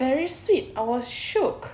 very sweet I was shook